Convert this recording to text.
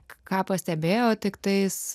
ką pastebėjo tiktais